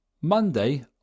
Monday